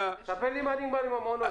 ספר לי מה נגמר שם עם המעונות.